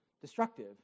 destructive